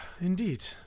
Indeed